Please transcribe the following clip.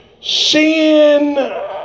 sin